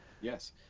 Yes